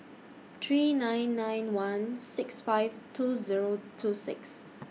three nine nine one six five two Zero two six